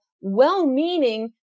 well-meaning